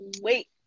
wait